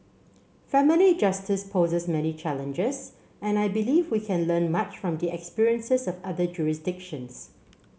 family justice poses many challenges and I believe we can learn much from the experiences of other jurisdictions